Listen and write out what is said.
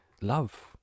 Love